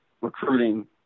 recruiting